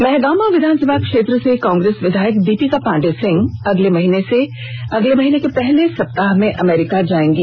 महगामा विधानसभा क्षेत्र से कांग्रेस विधायक दीपिका पांडेय सिंह अगले महीने के पहले सप्ताह में अमेरिका जाएंगी